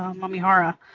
um mami hara.